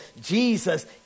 Jesus